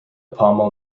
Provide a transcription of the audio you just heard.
pommel